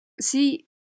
See